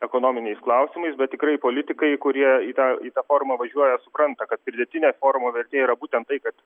ekonominiais klausimais bet tikrai politikai kurie į tą į tą forumą važiuoja supranta kad pridėtinė forumo vertė yra būten tai kad